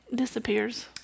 disappears